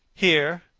here,